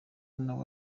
nawe